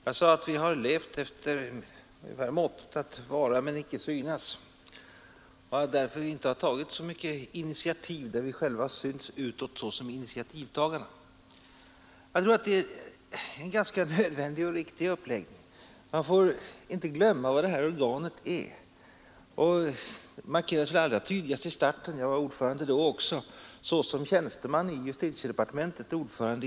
Jag sade att vi har levat efter mottot att vara men icke synas och att vi därför inte tagit så många initiativ där vi själva synts utåt såsom initiativtagare. Jag tror att det är en nödvändig och riktig uppläggning. Man får inte glömma vilken funktion detta organ haft. Det markerades väl allra tydligast i starten — såsom tjänsteman i justitiedepartementet var jag även då ordförande.